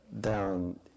down